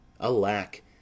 alack